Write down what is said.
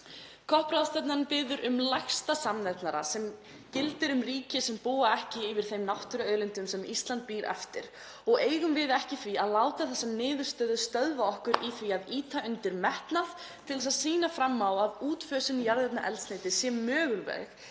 COP28-ráðstefnan biður um lægsta samnefnara sem gildir um ríki sem búa ekki yfir þeim náttúruauðlindum sem Ísland býr yfir og því eigum við ekki að láta þessa niðurstöðu stöðva okkur í því að ýta undir metnað til að sýna fram á að útfösun jarðefnaeldsneytis er möguleg